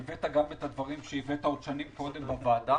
והבאת גם את הדברים שהבאת עוד שנים קודם בוועדה.